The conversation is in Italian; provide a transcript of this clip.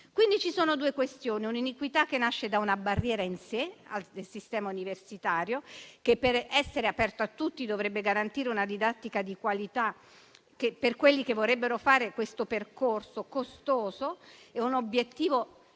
Quindi, ci sono due questioni: un'iniquità che nasce da una barriera in sé del sistema universitario, che per essere aperto a tutti dovrebbe garantire una didattica di qualità per quelli che vorrebbero fare questo percorso costoso e raggiungere